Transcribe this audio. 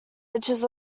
edges